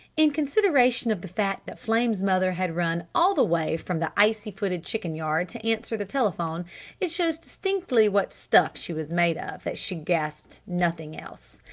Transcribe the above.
in consideration of the fact that flame's mother had run all the way from the icy-footed chicken yard to answer the telephone it shows distinctly what stuff she was made of that she gasped nothing else.